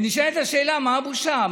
ונשאלת השאלה, מה הבושה?